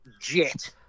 Jet